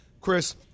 Chris